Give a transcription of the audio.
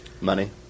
Money